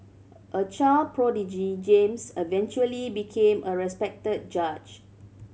a child prodigy James eventually became a respected judge